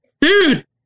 dude